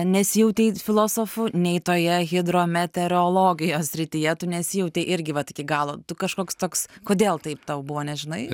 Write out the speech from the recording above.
nesijautei filosofu nei toje hidrometeorologijos srityje tu nesijautei irgi vat iki galo tu kažkoks toks kodėl taip tau buvo nežinai